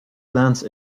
glance